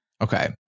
okay